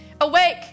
awake